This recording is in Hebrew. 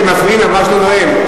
מאיר שטרית, אתם מפריעים, ממש, לנואם.